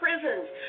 prisons